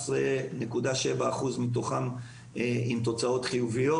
18.7% מתוכם עם תוצאות חיוביות.